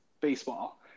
baseball